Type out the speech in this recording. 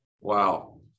Wow